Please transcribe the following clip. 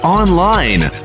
online